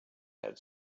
had